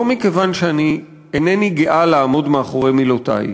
לא מכיוון שאני אינני גאה לעמוד מאחורי מילותי,